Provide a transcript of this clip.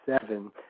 seven